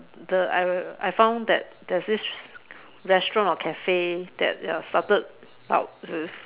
the I I found that there's this restaurant or cafe that they have started out